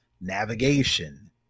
navigation